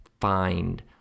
find